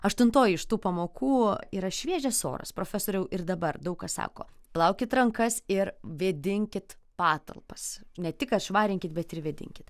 aštuntoji iš tų pamokų yra šviežias oras profesoriau ir dabar daug kas sako plaukit rankas ir vėdinkit patalpas ne tik kad švarinkit bet ir vėdinkit